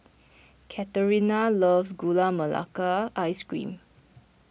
Katharina loves Gula Melaka Ice Cream